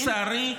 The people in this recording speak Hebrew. לצערי,